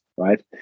Right